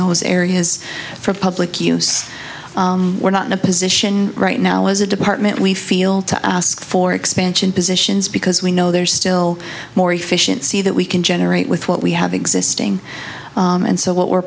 those areas for public use we're not in a position right now as a department we feel to ask for expansion positions because we know there's still more efficiency that we can generate with what we have existing and so what we're